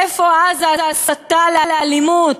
איפה אז ההסתה לאלימות?